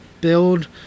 build